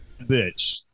bitch